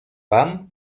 fam